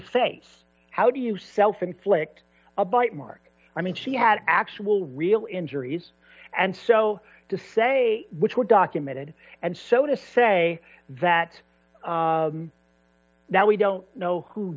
face how do you self inflicted a bite mark i mean she had actual real injuries and so to say which were documented and so to say that that we don't know who